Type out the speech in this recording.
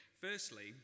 Firstly